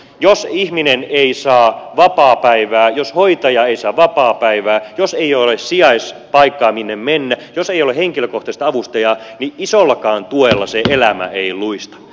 jos ihminen ei saa vapaapäivää jos hoitaja ei saa vapaapäivää jos ei ole sijaispaikkaa minne mennä jos ei ole henkilökohtaista avustajaa niin isollakaan tuella se elämä ei luista